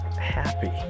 happy